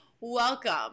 welcome